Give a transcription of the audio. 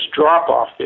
drop-off